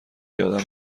یادم